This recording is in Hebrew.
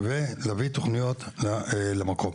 ולהביא תוכניות למקום.